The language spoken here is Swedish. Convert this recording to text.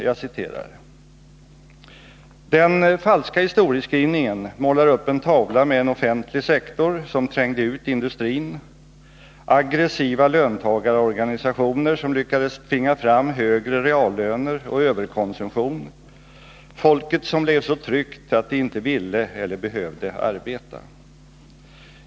Jag citerar: ”Den falska historieskrivningen målar upp en tavla med en offentlig sektor som trängde ut industrin, aggressiva löntagarorganisationer som lyckades tvinga fram högre reallöner och överkonsumtion, folket som blev så tryggt att det inte ville eller behövde arbeta.